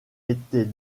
était